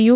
you